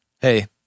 Hey